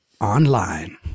online